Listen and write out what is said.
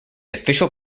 official